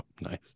Nice